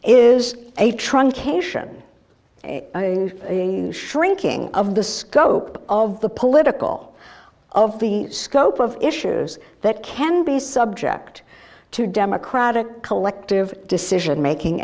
is a truncation a shrinking of the scope of the political of the scope of issues that can be subject to democratic collective decision making